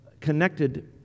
connected